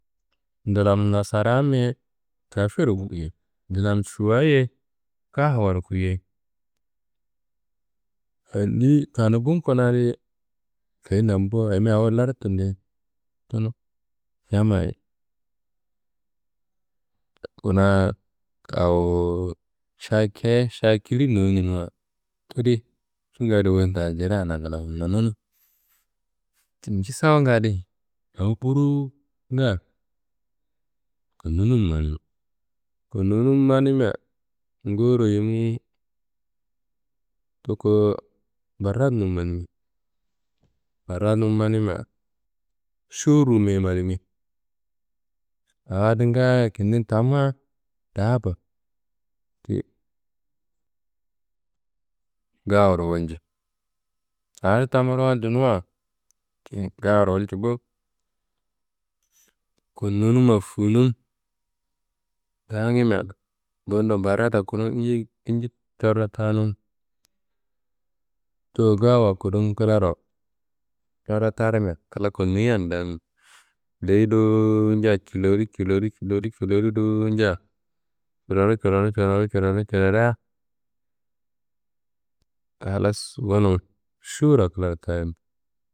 Ndlam Nasarammi ye kafero kuyei. Ndlam šuwa- ye gahawaro kuyei. Andiyi Kanumbu kuna di keyendean bo ayimia awo lardunde tunu. Yammayi ku- kuna awo šayi keye, šayi kili n nonenuwa todi cunga di wuyi da jireana nglawo nonunu. Ti njisawunga adi, awo burowunga konnunu manimi, konnunu manimia ngowuro yimi tokowo baratunum manimi, baratunum manimia, šuwurrunummiye manimi awo adi ngaaye kindi tamia daaba ti gahawaro walji, a adi tamburo waljunuwa ti gahawaro walji bo. Konnunumma funum daangimia bundo barata kudumu inji inji corro tanum. Towo gahawa kudum klaro corro tarimia kla konniyan daangimi. Deyi dowonja culori culori culori culori dowonja culoru culoru culoru culoru culoria halas gonum šuwurra klaro tanimi.